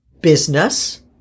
business